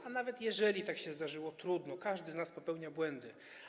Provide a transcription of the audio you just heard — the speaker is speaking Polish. A nawet jeżeli tak się zdarzyło - trudno, każdy z nas popełnia błędy.